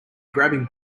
grabbing